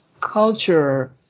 culture